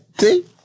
See